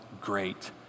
great